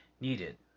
needed